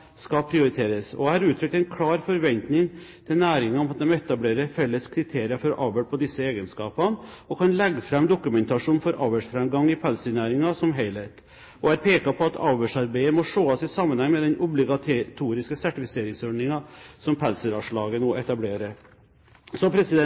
skal prioriteres. Jeg har uttrykt en klar forventning til næringen om at de etablerer felles kriterier for avl på disse egenskapene og kan legge fram dokumentasjon på avlsframgang i pelsdyrnæringen som helhet. Og jeg pekte på at avlsarbeidet må ses i sammenheng med den obligatoriske sertifiseringsordningen som